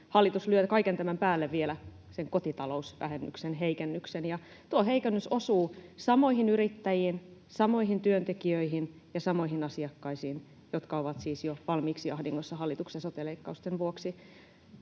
hallitus lyö kaiken tämän päälle vielä sen kotitalousvähennyksen heikennyksen, ja tuo heikennys osuu samoihin yrittäjiin, samoihin työntekijöihin ja samoihin asiakkaisiin, jotka ovat siis jo valmiiksi ahdingossa hallituksen sote-leikkausten vuoksi.